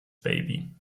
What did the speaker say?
baby